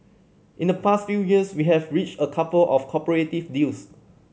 in the past few years we have reached a couple of cooperative deals